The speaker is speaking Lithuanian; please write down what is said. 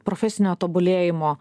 profesinio tobulėjimo